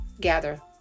Gather